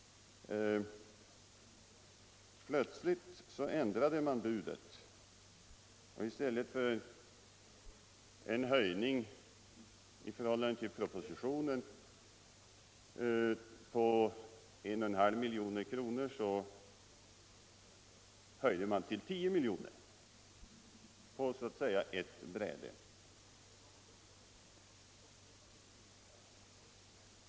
Plötsligt ändrade man budet, och i stället för en höjning i förhållande till propositionen på 1,5 milj.kr. höjer man till 10 milj.kr. på ett bräde.